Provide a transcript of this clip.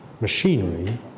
machinery